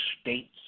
States